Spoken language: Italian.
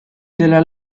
della